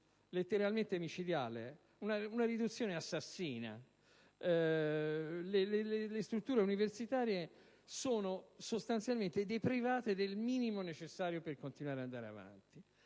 letteralmente micidiale delle risorse, tanto che le strutture universitarie sono sostanzialmente deprivate del minimo necessario per continuare ad andare avanti,